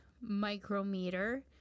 Micrometer